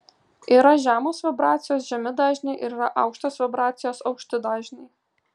yra žemos vibracijos žemi dažniai ir yra aukštos vibracijos aukšti dažniai